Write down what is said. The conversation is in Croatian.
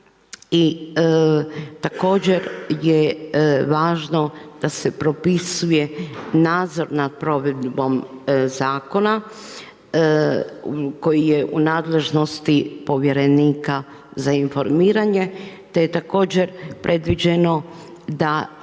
i također je važno da se propisuje nadzor nad provedbom zakona koji je u nadležnosti povjerenika za informiranje te je također predviđeno da se